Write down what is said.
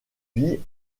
vit